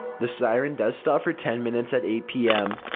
the siren does stop for ten minutes at eight pm.